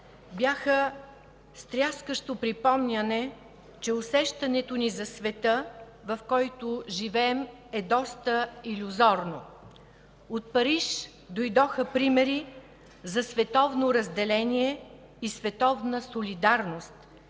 бяха стряскащо припомняне, че усещането ни за света, в който живеем, е доста илюзорно. От Париж дойдоха примери за световно разделение и световна солидарност,